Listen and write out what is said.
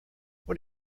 what